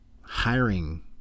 hiring